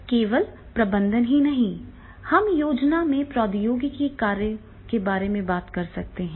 केवल प्रबंधन ही नहीं हम योजना में प्रौद्योगिकी के कार्यों के बारे में बात कर सकते हैं